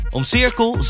Omcirkel